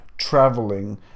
traveling